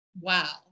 wow